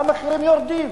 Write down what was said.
המחירים יורדים.